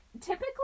typically